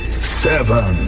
Seven